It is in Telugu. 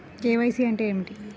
కే.వై.సి అంటే ఏమి?